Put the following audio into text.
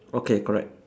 okay correct